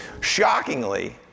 Shockingly